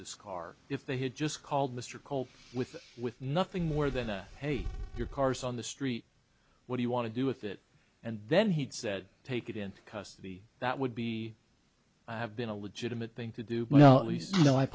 this car if they had just called mr cole with with nothing more than that hey your car's on the street what do you want to do with it and then he said take it in custody that would be i have been a legitimate thing to do well at least you know i